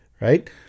right